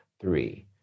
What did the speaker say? three